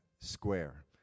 square